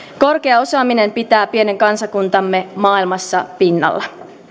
korkea osaaminen pitää pienen kansakuntamme maailmassa pinnalla